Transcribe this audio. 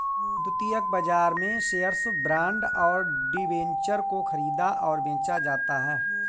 द्वितीयक बाजार में शेअर्स, बॉन्ड और डिबेंचर को ख़रीदा और बेचा जाता है